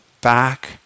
back